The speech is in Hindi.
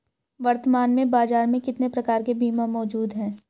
वर्तमान में बाज़ार में कितने प्रकार के बीमा मौजूद हैं?